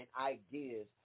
ideas